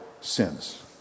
sins